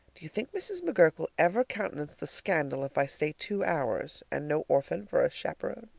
do you think mrs. mcgurk will ever countenance the scandal if i stay two hours, and no orphan for a chaperon?